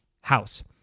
house